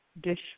dish